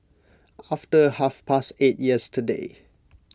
after half past eight yesterday